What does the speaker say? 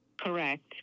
Correct